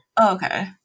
Okay